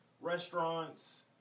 restaurants